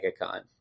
MegaCon